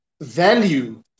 Value